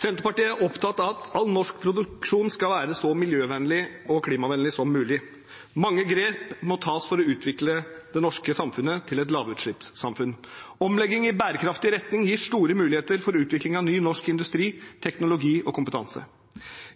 Senterpartiet er opptatt av at all norsk produksjon skal være så miljøvennlig og klimavennlig som mulig. Mange grep må tas for å utvikle det norske samfunnet til et lavutslippssamfunn. Omlegging i bærekraftig retning gir store muligheter for utvikling av ny norsk industri, teknologi og kompetanse.